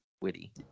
witty